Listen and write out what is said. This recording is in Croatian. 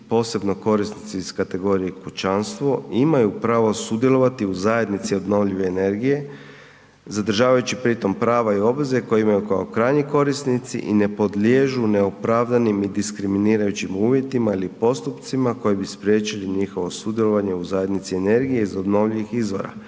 posebno korisnici iz kategorije kućanstvo, imaju pravo sudjelovati u zajednici obnovljive energije zadržavajući pri tom prava i obveze koje imaju kao krajnji korisnici i ne podliježu neopravdanim i diskriminirajućim uvjetima ili postupcima koji bi spriječili njihovo sudjelovanje u zajednici energije iz obnovljivih izvora.